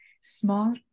small